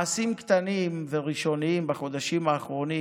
מעשים קטנים וראשוניים בחודשים האחרונים